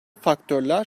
faktörler